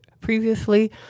previously